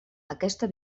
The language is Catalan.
aquesta